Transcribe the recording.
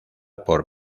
por